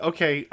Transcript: Okay